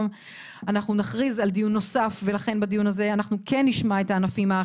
בהמשך נכריז על קיומו של דיון המשך שבו נשמע אותם.